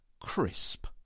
crisp